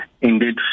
Indeed